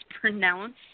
pronounced